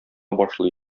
башлый